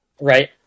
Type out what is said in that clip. Right